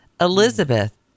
Elizabeth